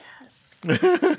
yes